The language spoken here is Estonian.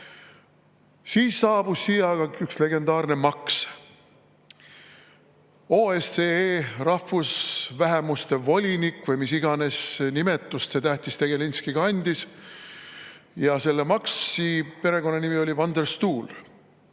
Siis saabus siia aga üks legendaarne Max, OSCE rahvusvähemuste volinik või mis iganes nimetust see tähtis tegelinski kandis. Maxi perekonnanimi oli van der Stoel.